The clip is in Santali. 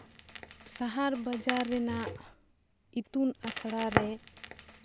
ᱥᱟᱦᱟᱨ ᱵᱟᱡᱟᱨ ᱨᱮᱱᱟᱜ ᱤᱛᱩᱱ ᱟᱥᱲᱟᱨᱮ